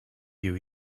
you